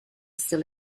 still